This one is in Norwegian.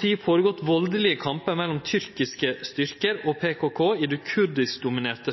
tid vore kampar mellom tyrkiske styrkar og PKK i det kurdiskdominerte